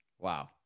Wow